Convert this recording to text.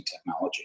technology